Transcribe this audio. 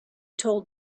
told